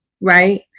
right